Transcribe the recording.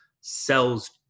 sells